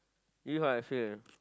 this is how I feel